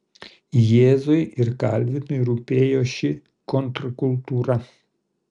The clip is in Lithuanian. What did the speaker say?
jėzui ir kalvinui rūpėjo ši kontrkultūra